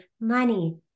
money